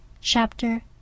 Chapter